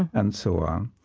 and so on.